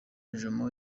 jomo